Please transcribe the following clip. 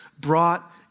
brought